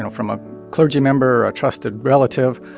from a clergy member or a trusted relative,